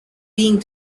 being